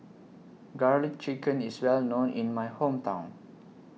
Garlic Chicken IS Well known in My Hometown